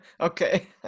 okay